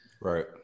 Right